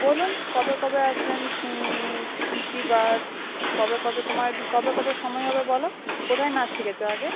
বলুন কবে কবে আসবেন কী কী বার কবে কবে তোমার কবে কবে সময় হবে বলো কোথায় নাচ শিখেছ আগে